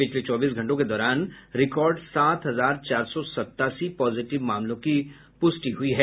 पिछले चौबीस घंटों के दौरान रिकॉर्ड सात हजार चार सौ सत्तासी पॉजिटिव मामलों की पुष्टि हुई है